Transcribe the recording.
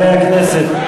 הכנסת,